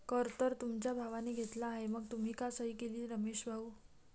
कर तर तुमच्या भावाने घेतला आहे मग तुम्ही का सही केली रमेश भाऊ?